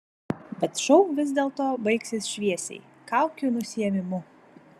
bet šou vis dėlto baigsis šviesiai kaukių nusiėmimu